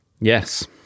Yes